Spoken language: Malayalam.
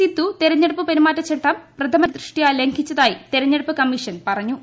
സിദ്ധു തെരഞ്ഞെടുപ്പ് പെരുമാറ്റ ചട്ടം പ്രഥമദൃഷ്ട്യാ ലംഘിച്ചതായി തെരഞ്ഞെടുപ്പ് കമ്മീഷൻ പറഞ്ഞു